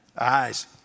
Eyes